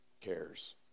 cares